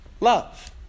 Love